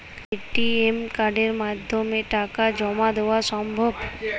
ATM কার্ডের মাধ্যমে টাকা জমা দেওয়া সম্ভব?